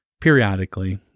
periodically